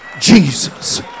Jesus